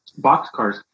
boxcars